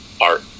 art